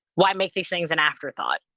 why make these things an afterthought?